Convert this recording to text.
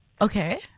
Okay